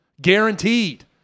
Guaranteed